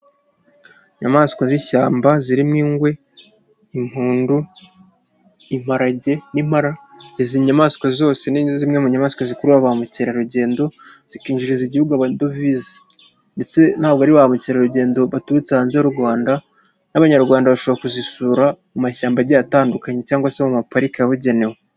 Inyamaswa z'ishyamba zimo:ingwe, impundu, imparage, n'impara izi nyamaswa zose ni zimwe mu nyamaswa zikurura ba mukerarugendo zikinjiriza igihugu amadovize. Ndetse ntabwo ari ba mukerarugendo baturutse hanze y'u Rwanda n'abanyarwanda bashobora kuzisura mu mashyamba agiye atandukanye cyangwa se mu mapariki yabugenewe.